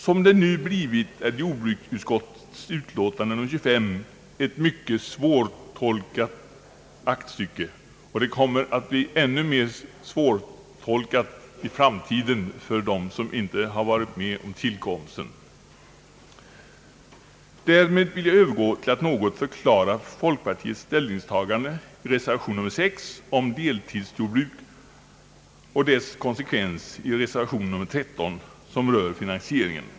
Som det nu blivit, är jordbruksutskottets utlåtande nr 25 ett mycket svårtolkat aktstycke, och det kommer att bli ännu mer svårtolkat i framtiden för dem som inte varit med vid dess tillkomst. Så vill jag övergå till att något förklara folkpartiets ställningstagande då det gäller reservation 6 om rationaliseringsstöd till deltidsjordbruk och dess konsekvens i reservation 13 a som gäller finansieringen.